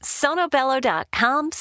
sonobello.com